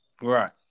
Right